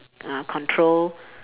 uh control